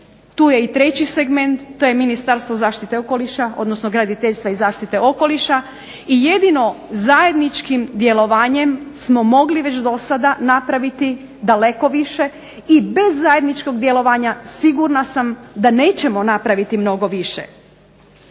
tu je i treći segment to je Ministarstvo zaštite okoliša, odnosno graditeljstva i zaštite okoliša i jedino zajedničkim djelovanjem smo mogli već do sada napraviti daleko više i bez zajedničkog djelovanja sigurna sam da nećemo napraviti mnogo više.